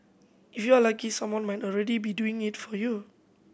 you are lucky someone might already be doing it for you